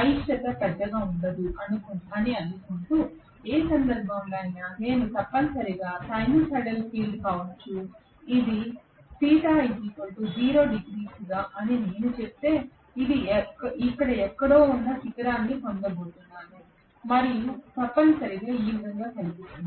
అయిష్టత పెద్దగా మారదు అని అనుకుంటూ ఏ సందర్భంలో నేను తప్పనిసరిగా సైనూసోయిడల్ ఫీల్డ్ కావచ్చు ఇది అని నేను చెబితే నేను ఇక్కడ ఎక్కడో ఉన్న శిఖరాన్ని పొందబోతున్నాను మరియు అది తప్పనిసరిగా ఈ విధంగా కనిపిస్తుంది